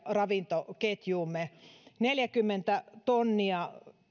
ravintoketjuumme neljäkymmentä tonnia